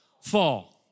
Fall